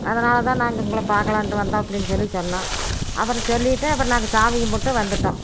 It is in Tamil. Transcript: அதனால் தான் நான் இங்கே உங்களை பார்க்கலான்ட்டு வந்தோம் அப்படின்னு சொல்லி சொன்னோம் அப்புறம் சொல்லிட்டு அப்புறம் நாங்கள் சாமி கும்பிட்டு வந்துவிட்டோம்